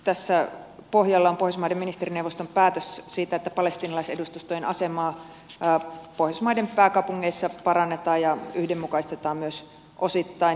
tässä pohjalla on pohjoismaiden ministerineuvoston päätös siitä että palestiinalaisedustustojen asemaa pohjoismaiden pääkaupungeissa parannetaan ja myös osittain yhdenmukaistetaan